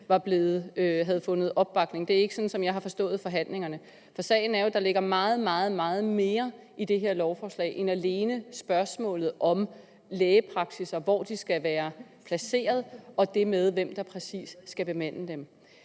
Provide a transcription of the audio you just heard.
havde fundet opbakning. Det er ikke sådan, som jeg har forstået forhandlingerne. For sagen er jo, at der ligger meget, meget mere i det her lovforslag end alene spørgsmålet om lægepraksisser, altså hvor de skal være placeret, og det med, hvem der præcis skal bemande dem.